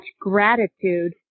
gratitude